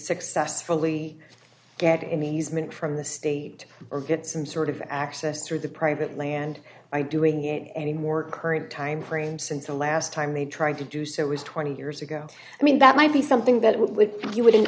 successfully get in the easement from the state or get some sort of access through the private land by doing it any more current time frame since the last time they tried to do so was twenty years ago i mean that might be something that you wouldn't